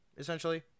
essentially